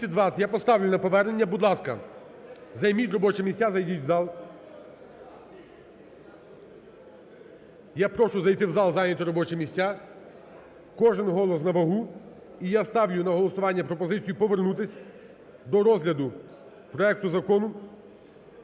Я поставлю на повернення. Будь ласка, займіть робочі місця, зайдіть в зал. Я прошу зайти в зал, зайняти робочі місця. Кожен голос на вагу. І я ставлю на голосування пропозицію повернутись до розгляду проекту закону